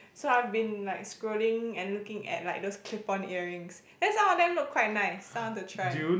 so I've been like scrolling and looking at like those clip on earrings then some of them look quite nice so I want to try